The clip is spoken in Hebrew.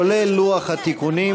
כולל לוח התיקונים,